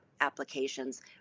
applications